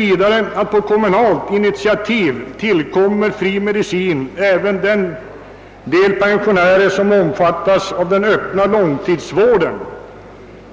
Vidare heter det i utskottsutlåtandet: »På kommunalt initiativ tillkommer fri medicin även en del pensionärer som omfattas av den öppna långtidsvården.»